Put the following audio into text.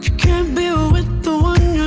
can't be with